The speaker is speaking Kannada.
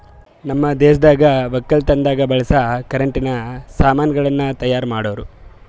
ನಮ್ ದೇಶದಾಗ್ ವಕ್ಕಲತನದಾಗ್ ಬಳಸ ಕರೆಂಟಿನ ಸಾಮಾನ್ ಗಳನ್ನ್ ತೈಯಾರ್ ಮಾಡೋರ್